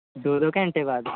ਦੋ ਦੋ ਘੰਟੇ ਬਾਅਦ